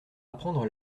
apprendre